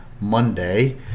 Monday